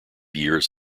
years